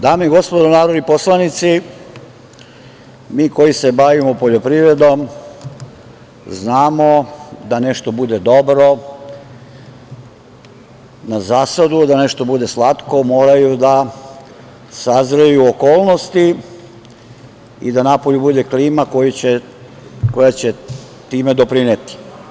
Dame i gospodo narodni poslanici, mi koji se bavimo poljoprivredom znamo da nešto bude dobro na zasadu, a da nešto bude slatko moraju da sazreju okolnosti i da napolju bude klima koja će tome doprineti.